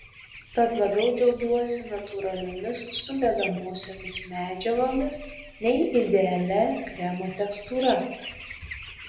tad labiau džiaugiuosi natūraliomis sudedamosiomis medžiagomis nei idealia kremo tekstūra